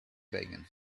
vegan